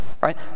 right